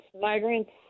migrants